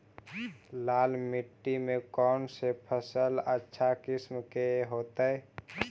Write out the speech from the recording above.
लाल मिट्टी में कौन से फसल अच्छा किस्म के होतै?